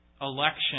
election